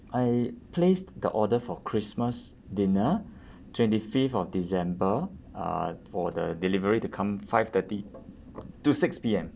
I placed the order for christmas dinner twenty fifth of december uh for the delivery to come five thirty to six P_M